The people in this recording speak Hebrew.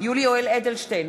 יולי יואל אדלשטיין,